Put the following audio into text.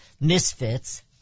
misfits